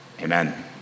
Amen